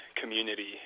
community